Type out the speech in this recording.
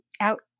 out